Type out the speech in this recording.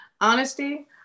honesty